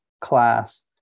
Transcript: class